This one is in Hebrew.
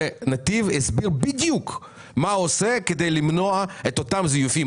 ונתיב הסביר בדיוק מה הוא עושה כדי למנוע את אותם זיופים.